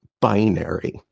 binary